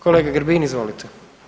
Kolega Grbin izvolite.